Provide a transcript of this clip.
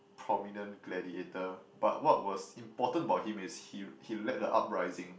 prominent gladiator but what was important about him is he he led the uprising